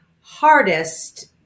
hardest